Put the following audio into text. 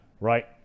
Right